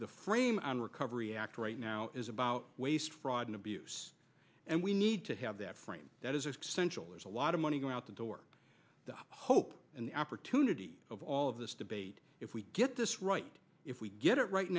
the frame and recovery act right now is about waste fraud and abuse and we need to have that frame that is a central there's a lot of money going out the door the hope and the opportunity of all of this debate if we get this right if we get it right